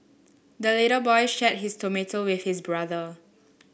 the little boy shared his tomato with his brother